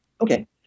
Okay